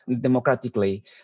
democratically